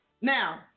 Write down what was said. now